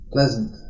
Pleasant